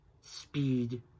speed